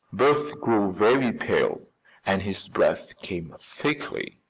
bert grew very pale and his breath came thickly.